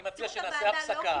אני מציע שנעשה הפסקה.